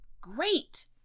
Great